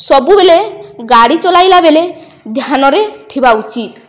ସବୁବେଳେ ଗାଡ଼ି ଚଲାଇଲା ବେଲେ ଧ୍ୟାନରେ ଥିବା ଉଚିତ